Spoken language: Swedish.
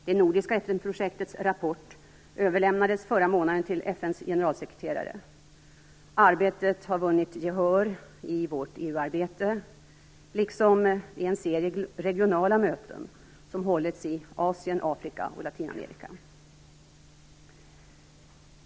Det nordiska FN-projektets rapport överlämnades förra månaden till FN:s generalsekreterare. Arbetet har vunnit gehör i vårt EU-arbete liksom vid en serie regionala möten som hållits i Asien, Afrika och Latinamerika.